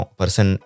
person